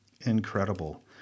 Incredible